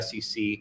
SEC